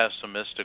pessimistic